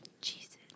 Jesus